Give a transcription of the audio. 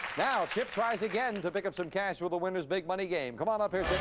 now, chip tries again to pick up some cash with the winner's big money game. come on up here,